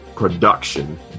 production